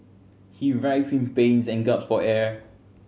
he writhed in pain and gasped for air